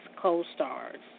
co-stars